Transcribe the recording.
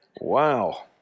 Wow